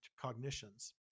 cognitions